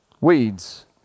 Weeds